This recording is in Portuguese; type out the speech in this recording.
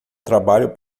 trabalho